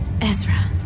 Ezra